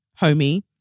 homie